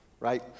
Right